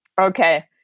Okay